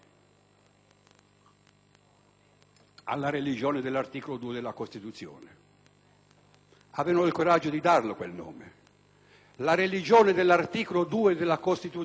avevano il coraggio di darlo, quel nome. La religione dell'articolo 2 della Costituzione è la religione cristiana. Oggi molti laici lo hanno dimenticato,